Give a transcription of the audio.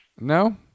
no